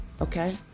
okay